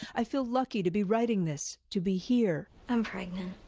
i feel lucky to be writing this, to be here. i'm pregnant.